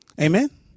Amen